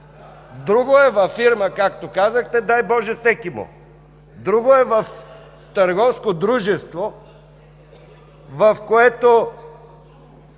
друго е във фирма, както казахте, дай Боже всекиму; друго е в търговско дружество,